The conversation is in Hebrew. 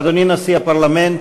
אדוני נשיא הפרלמנט,